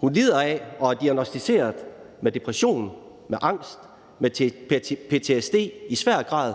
Hun lider af og er diagnosticeret med depression, angst, ptsd i svær grad